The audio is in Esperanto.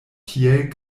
tiel